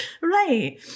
Right